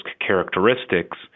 characteristics